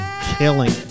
Killing